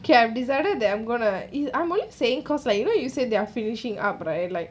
can I have decided that I'm gonna is I'm only saying cause like you know you said they're finishing up right like